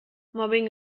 mobbing